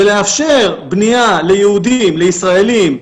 ולאפשר בנייה ליהודים, לישראלים,